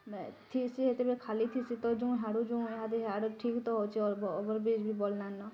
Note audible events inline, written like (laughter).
ମେଁ ଥିଇସି ହେତିର ବେଲେ ଖାଲି ଥିସି ତ ଯୋଉଁ ହାଡ଼ୁ ଯୋଉଁ (unintelligible) ହ୍ୟାଡ଼ୁ ଠିକ ତ ଅଛି ଓଭର ବ୍ରିଜବି ବଡ଼ିଲାଣିନ